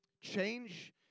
change